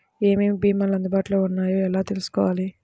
ఏమేమి భీమాలు అందుబాటులో వున్నాయో ఎలా తెలుసుకోవాలి?